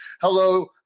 Hello